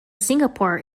singapore